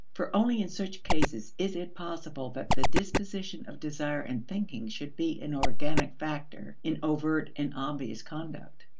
for only in such cases is it possible that the disposition of desire and thinking should be an organic factor in overt and obvious conduct.